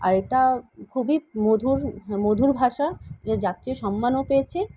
আর এটা খুবই মধুর মধুর ভাষা যে জাতীয় সম্মানও পেয়েছে